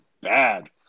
bad